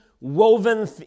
woven